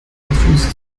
fuß